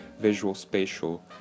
visual-spatial